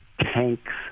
tanks